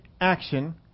action